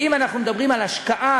ואם אנחנו מדברים על השקעה,